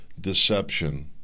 deception